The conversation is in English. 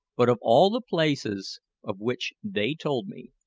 but of all the places of which they told me,